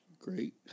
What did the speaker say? Great